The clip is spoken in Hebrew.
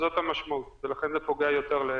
זו המשמעות, ולכן, להבנתי, זה פוגע יותר.